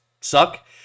suck